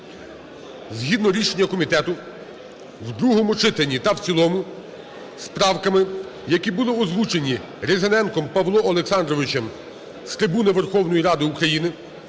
згідно рішення комітету в другому читанні та в цілому з правками, які були озвучені Різаненком Павлом Олександровичем з трибуни Верховної Ради України,